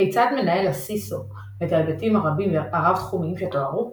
כיצד מנהל ה-CISO את ההיבטים הרבים והרב-תחומיים שתוארו?